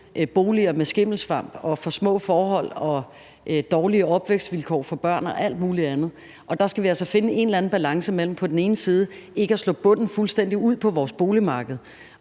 boliger med skimmelsvamp, for små forhold og dårlige opvækstvilkår for børn og alt muligt andet, og der skal vi altså finde en eller anden balance, hvor vi ikke slår bunden fuldstændig ud af vores boligmarked